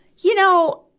you know,